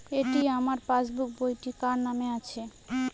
এটি আমার পাসবুক বইটি কার নামে আছে?